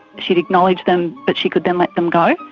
she had acknowledged them, but she could then let them go.